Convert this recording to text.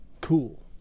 cool